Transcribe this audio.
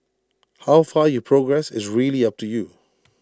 how far you progress is really up to you